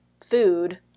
food